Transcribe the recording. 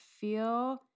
feel